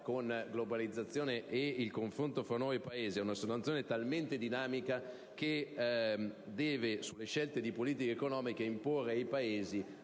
Grazie!